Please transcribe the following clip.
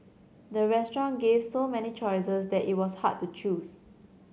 the restaurant gave so many choices that it was hard to choose